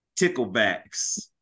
ticklebacks